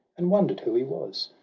and wonder'd who he was.